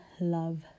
love